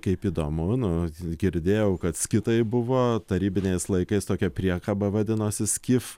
kaip įdomu nu girdėjau kad skitai buvo tarybiniais laikais tokia priekaba vadinosi skif